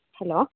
hello